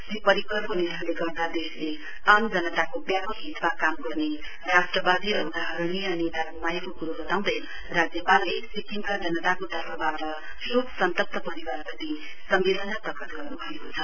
श्री परिवकरको निधनले गर्दा देशले आम जनताको व्यापक हितमा काम गर्ने राष्ट्रवादी र उदारहणीय नेता गुमाएको कुरो वताउँदै राज्यपालले सिक्किमका जनताको तर्फवाट शोक सन्तप्त परिवार प्रति सम्वेदन प्रकट गर्नुभएको छ